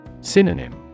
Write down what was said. Synonym